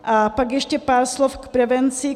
A pak ještě pár slov k prevenci.